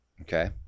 Okay